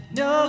no